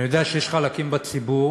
אני יודע שיש חלקים בציבור,